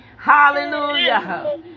Hallelujah